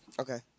Okay